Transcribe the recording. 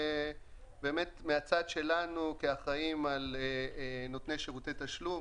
אנחנו מהצד שלנו כאחראים על נותני שירותי תשלום,